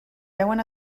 veuen